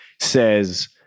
says